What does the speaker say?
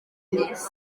ddawnus